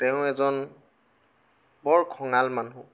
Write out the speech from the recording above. তেওঁ এজন বৰ খঙাল মানুহ